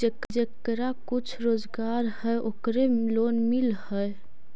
जेकरा कुछ रोजगार है ओकरे लोन मिल है?